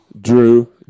Drew